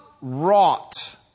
wrought